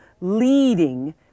leading